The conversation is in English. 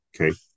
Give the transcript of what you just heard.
Okay